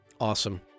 Awesome